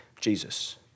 Jesus